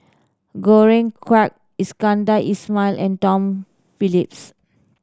Quek Iskandar Ismail and Tom Phillips